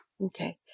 Okay